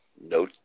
No